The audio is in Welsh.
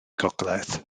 gogledd